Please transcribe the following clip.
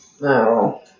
No